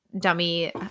dummy